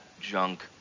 junk